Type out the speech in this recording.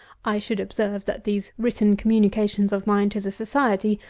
i should observe, that these written communications, of mine to the society,